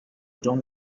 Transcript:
各种